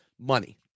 Money